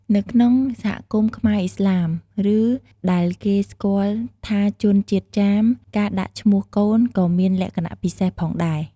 នៅក្នុងសហគមន៍ខ្មែរឥស្លាម ឬដែលគេស្គាល់ថាជនជាតិចាម ការដាក់ឈ្មោះកូនក៏មានលក្ខណៈពិសេសផងដែរ។